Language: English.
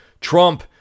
Trump